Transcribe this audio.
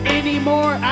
anymore